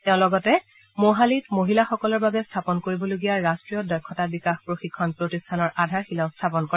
তেওঁ লগতে মহালিত মহিলাসকলৰ বাবে স্থাপন কৰিবলগীয়া ৰাষ্ট্ৰীয় দক্ষতা বিকাশ প্ৰশিক্ষণ প্ৰতিষ্ঠানৰ আধাৰশিলাও স্থাপন কৰে